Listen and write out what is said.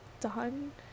done